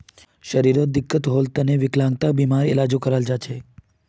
शरीरत दिक्कत होल तने विकलांगता बीमार इलाजो कराल जा छेक